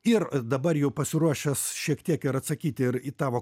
ir dabar jau pasiruošęs šiek tiek ir atsakyt ir į tavo